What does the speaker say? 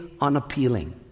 unappealing